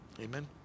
Amen